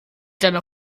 deiner